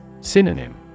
Synonym